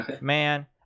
man